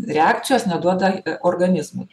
reakcijos neduoda organizmui